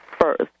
first